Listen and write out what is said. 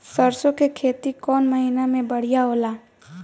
सरसों के खेती कौन महीना में बढ़िया होला?